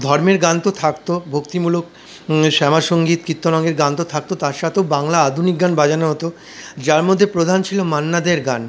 ধর্মের গান তো থাকত ভক্তিমূলক শ্যামাসঙ্গীত কীর্তন অঙ্গের গান তো থাকত তার সঙ্গেও বাংলা আধুনিক গান বাজানো হত যার মধ্যে প্রধান ছিল মান্না দের গান